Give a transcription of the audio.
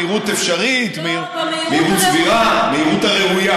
מהירות אפשרית, מהירות סבירה, במהירות הראויה.